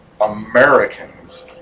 Americans